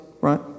right